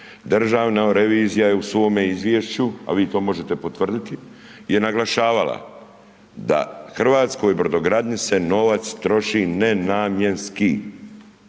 državna revizija je u svome izvješću, a vi to možete potvrditi je naglašavala da hrvatskoj brodogradnji se novac troši nenamjenski,